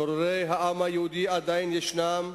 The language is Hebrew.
צוררי העם היהודי עדיין ישנם,